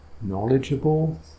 knowledgeable